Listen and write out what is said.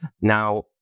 Now